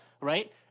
Right